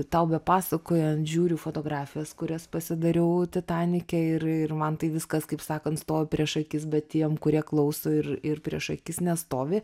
tau bepasakojant žiūriu fotografijas kurias pasidariau titanike ir ir man tai viskas kaip sakant stovi prieš akis bet tiem kurie klauso ir ir prieš akis nestovi